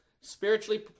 Spiritually